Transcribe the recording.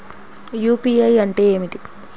UPI అంటే ఏమిటీ?